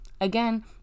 again